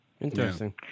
Interesting